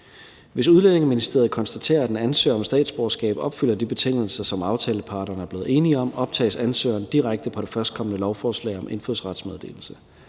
og Integrationsministeriet konstaterer, at en ansøger om statsborgerskab opfylder de betingelser, som aftaleparterne er blevet enige om, optages ansøgeren direkte på det førstkommende lovforslag om indfødsrets meddelelse.